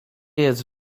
jest